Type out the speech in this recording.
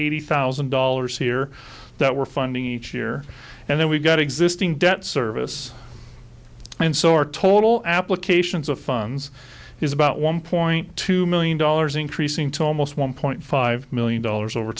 eighty thousand dollars here that we're funding each year and then we've got existing debt service and so our total applications of funds is about one point two million dollars increasing to almost one point five million dollars over